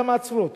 למה עצרו אותו?